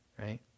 right